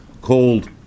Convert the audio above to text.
called